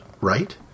right